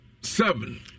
seven